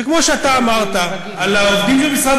שכמו שאתה אמרת על העובדים של משרד